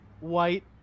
white